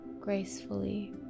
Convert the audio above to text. gracefully